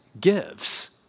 gives